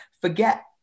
forget